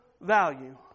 value